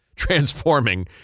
transforming